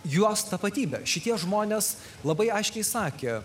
jos tapatybę šitie žmonės labai aiškiai sakė